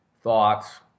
thoughts